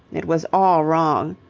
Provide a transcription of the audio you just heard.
it was all wrong.